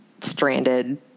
stranded